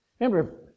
Remember